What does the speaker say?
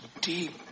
deep